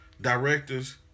Directors